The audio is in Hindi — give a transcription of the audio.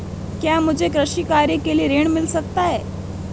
क्या मुझे कृषि कार्य के लिए ऋण मिल सकता है?